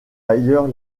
ailleurs